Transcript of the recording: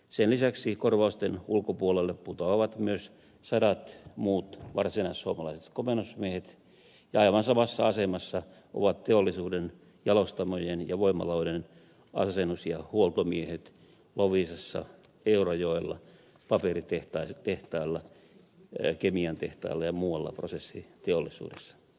sen lisäksi korvausten ulkopuolelle putoavat myös sadat muut varsinaissuomalaiset komennusmiehet ja aivan samassa asemassa ovat teollisuuden jalostamojen ja voimaloiden asennus ja huoltomiehet loviisassa eurajoella paperitehtailla kemian tehtailla ja muualla prosessiteollisuudessa